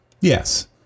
Yes